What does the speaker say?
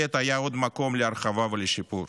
בהחלט היה עוד מקום להרחבה ולשיפור.